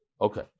okay